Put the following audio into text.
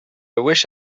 wish